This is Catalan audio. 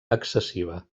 excessiva